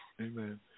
Amen